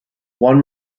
one